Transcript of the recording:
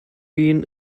been